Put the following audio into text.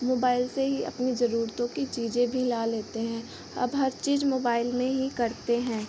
mobile से ही अपनी ज़रूरतों की चीज़ें भी ला लेते हैं अब हर चीज़ मोबाइल में ही करते हैं